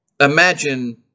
imagine